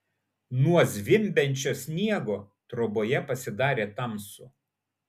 nuo zvimbiančio sniego troboje pasidarė tamsu